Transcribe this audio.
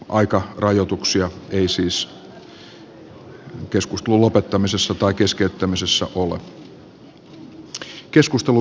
aikarajoituksia ei siis keskustelun lopettamisessa tai keskeyttämisessä ole